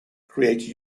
create